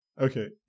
okay